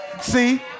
see